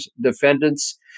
defendants